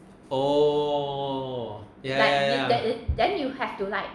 oh yeah yeah yeah yeah yeah